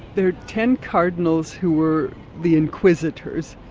the ten cardinals who were the inquisitors,